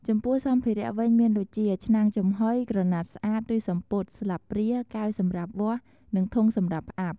ចំពោះសម្ភារៈវិញមានដូចជា ឆ្នាំងចំហុយ ក្រណាត់ស្អាត ឬសំពត់ ស្លាបព្រា កែវសម្រាប់វាស់ និងធុងសម្រាប់ផ្អាប់។